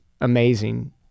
amazing